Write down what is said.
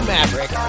Maverick